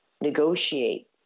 negotiate